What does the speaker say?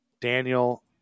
Daniel